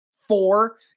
four